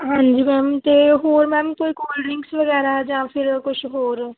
ਹਾਂਜੀ ਮੈਮ ਅਤੇ ਹੋਰ ਮੈਮ ਕੋਈ ਕੋਲਡ ਡਰਿੰਕਸ ਵਗੈਰਾ ਜਾਂ ਫਿਰ ਕੁਛ ਹੋਰ